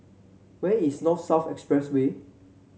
where is North South Expressway